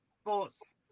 sports